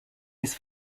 his